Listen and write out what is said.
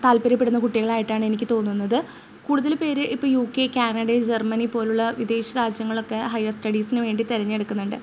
താൽപര്യപെടുന്ന കുട്ടികളായിട്ടാണ് എനിക്ക് തോന്നുന്നത് കൂടുതൽ പേര് ഇപ്പോൾ യു കെ കാനഡെ ജർമനി പോലുള്ള വിദേശ രാജ്യങ്ങളൊക്കെ ഹൈർ സ്റ്റഡീസിന് വേണ്ടി തിരഞ്ഞെടുക്കുന്നുണ്ട്